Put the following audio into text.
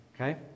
Okay